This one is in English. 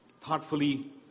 thoughtfully